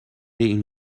این